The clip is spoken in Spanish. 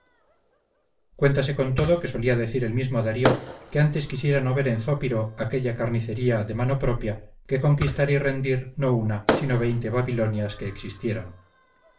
cuéntase con todo que solía decir el mismo darío que antes quisiera no ver en zópiro aquella carnicería de mano propia que conquistar y rendir no una sino veinte babilonias que existieran